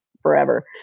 Forever